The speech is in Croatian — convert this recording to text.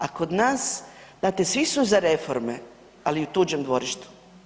A kod nas znate svi su za reforme, ali u tuđem dvorištu.